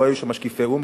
לא היו שם משקיפי או"ם,